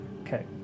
Okay